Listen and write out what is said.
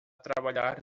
trabalhar